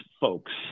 folks